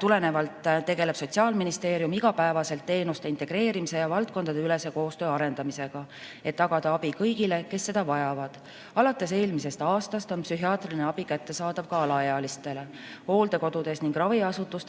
tulenevalt tegeleb Sotsiaalministeerium igapäevaselt teenuste integreerimise ja valdkondadeülese koostöö arendamisega, et tagada abi kõigile, kes seda vajavad. Alates eelmisest aastast on psühhiaatriline abi kättesaadav ka alaealistele. Hooldekodudes ning raviasutustes